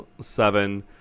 seven